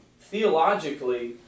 Theologically